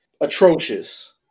atrocious